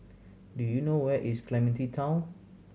do you know where is Clementi Town